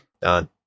Done